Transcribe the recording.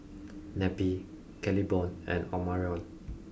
Neppie Claiborne and Omarion